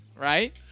Right